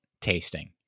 tasting